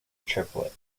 triplet